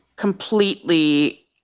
completely